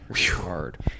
hard